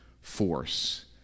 force